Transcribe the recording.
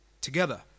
together